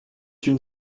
une